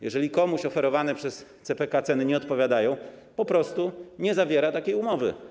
Jeżeli komuś oferowane przez CPK ceny nie odpowiadają, po prostu nie zawiera takiej umowy.